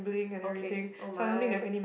okay oh my